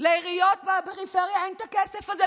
לעיריות בפריפריה אין את הכסף הזה,